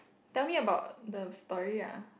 tell me about the story ah